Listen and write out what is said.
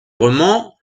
romans